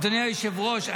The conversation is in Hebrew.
אדוני היושב-ראש,